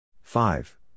five